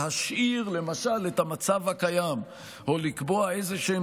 הם יוכלו להשאיר למשל את המצב הקיים או לקבוע איזשהם